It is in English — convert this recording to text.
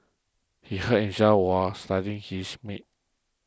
he hurt himself while slicing his meat